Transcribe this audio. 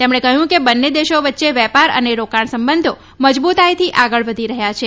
તેમણે કહ્યું કે બંને દેશો વચ્ચે વેપાર અને રોકાણ સંબંધો મજબૂતાઈથી આગળ વધી રહ્યા છે